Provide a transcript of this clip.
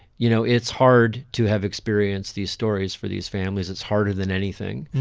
you know, it's hard to have experienced these stories for these families. it's harder than anything.